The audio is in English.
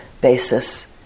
basis